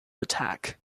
attack